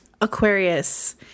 Aquarius